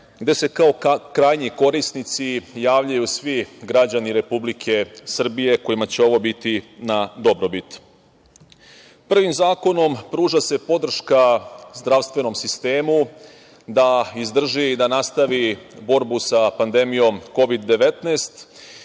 gde se kao krajnji korisnici javljaju svi građani Republike Srbije kojima će ovo biti na dobrobit. Prvim zakonom pruža se podrška zdravstvenom sistemu da izdrži i da nastavi borbu sa pandemijom Kovid-19